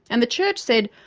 and the church said,